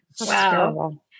Wow